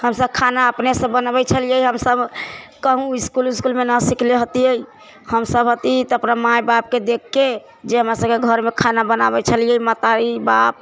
हमसब खाना अपनेसँ बनबै छलिए हमसब कहूँ इसकुल उसकुलमे नहि सिखले हतिए हमसब अथी तऽ अपना माइबापके देखिकऽ जे हमरा सबके घरमे खाना बनाबै छलिए महतारी बाप